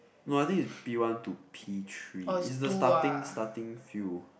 no I think it's P-one to P-three it's the starting starting few